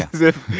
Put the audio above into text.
as if